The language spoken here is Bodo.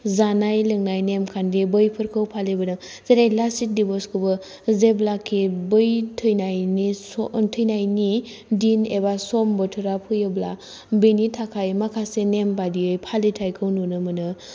जानाय लोंनाय नेमखान्थि बैफोरखौ फालिबोदों जेरै लाचित दिवसखौबो जेब्लाखि बै थैनायनि दिन एबा सम बोथोरा फैयोब्ला बिनि थाखाय माखासे नेम बायदियै फालिथायखौ नुनो मोनो